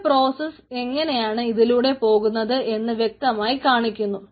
ഒരു പ്രോസസ്സ് എങ്ങനെയാണ് ഇതിലൂടെ പോകുന്നത് എന്ന് വ്യക്തമായി കാണിക്കുന്നു